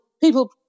people